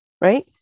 right